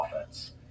offense